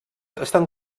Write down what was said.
estan